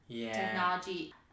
technology